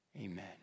amen